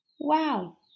Wow